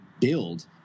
build